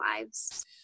lives